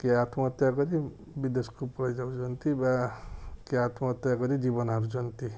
କିଏ ଆତ୍ମହତ୍ୟା କରି ବିଦେଶକୁ ପଳେଇ ଯାଉଛନ୍ତି ବା କିଏ ଆତ୍ମହତ୍ୟା କରି ଜୀବନ ହାରୁଛନ୍ତି